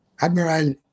Admiral